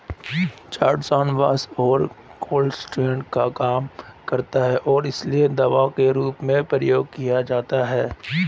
chitosan वसा और cholesterol को कम करता है और इसीलिए दवा के रूप में प्रयोग किया जाता है